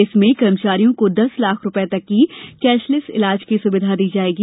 इसमें कर्मचारियों को दस लाख रुपये तक की कैशलेश इलाज की सुविधा दी जायेगी